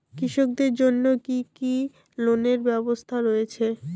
কৃষকদের জন্য কি কি লোনের ব্যবস্থা রয়েছে?